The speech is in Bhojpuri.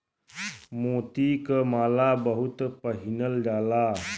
मोती क माला बहुत पहिनल जाला